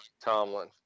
Tomlin